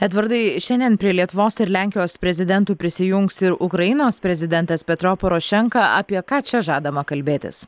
edvardai šiandien prie lietuvos ir lenkijos prezidentų prisijungs ir ukrainos prezidentas petro porošenka apie ką čia žadama kalbėtis